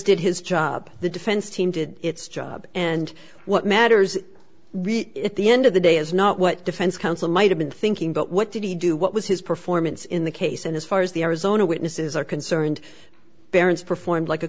did his job the defense team did its job and what matters really at the end of the day is not what defense counsel might have been thinking but what did he do what was his performance in the case and as far as the arizona witnesses are concerned parents performed like a